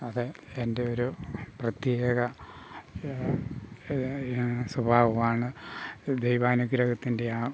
അത് എൻ്റെ ഒരു പ്രത്യേക സ്വഭാവമാണ് ദൈവാനുഗ്രഹത്തിൻ്റെ ആ